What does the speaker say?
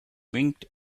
winked